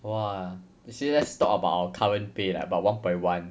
!wah! you see let's talk about our current pay like about one point one